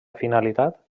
finalitat